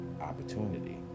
opportunity